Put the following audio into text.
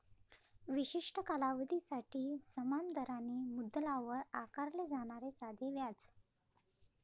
विशिष्ट कालावधीसाठी समान दराने मुद्दलावर आकारले जाणारे साधे व्याज